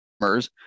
MERS